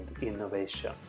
innovation